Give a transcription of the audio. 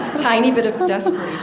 tiny bit of desperation,